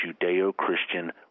Judeo-Christian